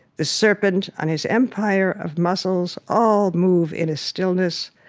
the serpent on his empire of muscles all move in a stillness,